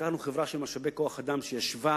לקחנו חברה של משאבי כוח-אדם שישבה